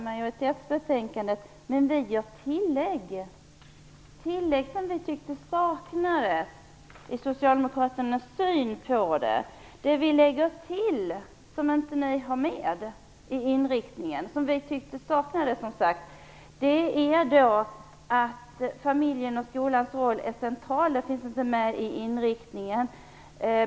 Men vi vill göra tillägg till inriktningen om sådant som vi tycker saknas. Att familjens och skolans roll är central finns inte med i inriktningen.